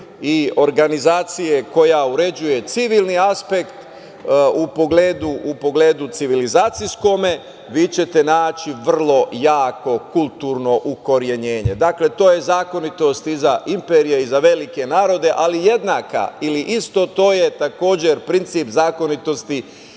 i organizacije koja uređuje civilni aspekt u pogledu civilizacijskom, vi ćete naći vrlo jako kulturno ukorenjenje. Dakle, to je zakonitost i za imperije i za velike narode, ali jednaka ili isto to je takođe princip zakonitosti